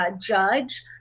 judge